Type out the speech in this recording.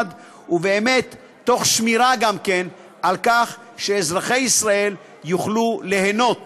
תוך שמירה גם על כך שאזרחי ישראל יוכלו ליהנות